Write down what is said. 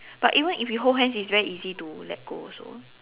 but even if you hold hand it's very easy to let go also